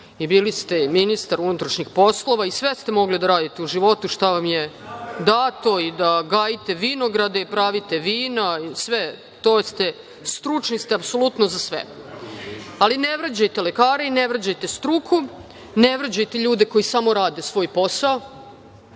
I bili ste ministar unutrašnjih poslova i sve ste mogli da radite u životu šta vam je dato i da gajite vinograde i pravite vina. Stručni ste apsolutno za sve. Ali, ne vređajte lekare i ne vređajte struku, ne vređajte ljude koji samo rade svoj posao.